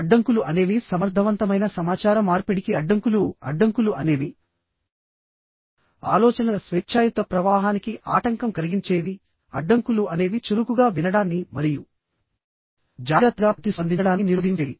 అడ్డంకులు అనేవి సమర్థవంతమైన సమాచార మార్పిడికి అడ్డంకులు అడ్డంకులు అనేవి ఆలోచనల స్వేచ్ఛాయుత ప్రవాహానికి ఆటంకం కలిగించేవిఅడ్డంకులు అనేవి చురుకుగా వినడాన్ని మరియు జాగ్రత్తగా ప్రతిస్పందించడాన్ని నిరోధించేవి